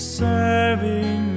serving